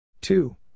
Two